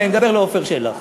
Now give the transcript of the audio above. אבל אני מדבר לעפר שלח